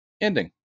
ending